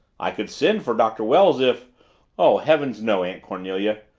i could send for doctor wells if oh, heavens, no, aunt cornelia.